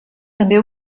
també